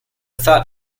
thought